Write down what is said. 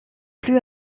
plus